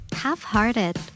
half-hearted